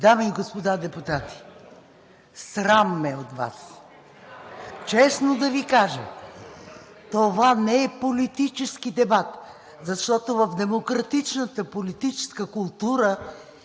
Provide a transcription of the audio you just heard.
Дами и господа депутати, срам ме е от Вас. Честно да Ви кажа, това не е политически дебат, защото в демократичната политическа култура